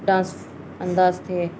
dance انندہ اس تھ